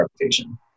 reputation